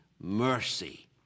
mercy